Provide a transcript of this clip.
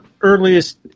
earliest